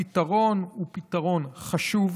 הפתרון הוא פתרון חשוב,